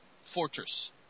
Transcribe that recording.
Fortress